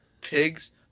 pigs